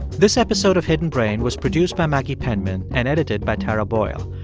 this episode of hidden brain was produced by maggie penman and edited by tara boyle.